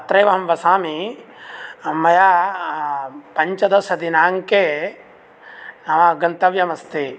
अत्रैव अहं वसामि मया पञ्चदशदिनाङ्के गन्तव्यम् अस्ति